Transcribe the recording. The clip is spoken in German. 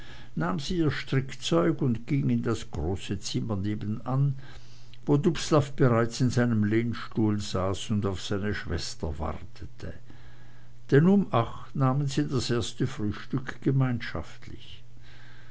nahm sie ihr strickzeug und ging in das große zimmer nebenan wo dubslav bereits in seinem lehnstuhl saß und auf seine schwester wartete denn um acht nahmen sie das erste frühstück gemeinschaftlich